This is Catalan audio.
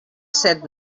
set